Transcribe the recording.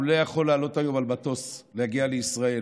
הוא לא יכול לעלות היום על מטוס ולהגיע לישראל,